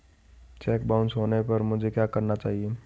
Check bounce होने पर मुझे क्या करना चाहिए?